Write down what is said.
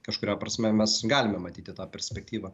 kažkuria prasme mes galime matyti tą perspektyvą